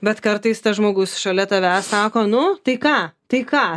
bet kartais tas žmogus šalia tavęs sako nu tai ką tai ką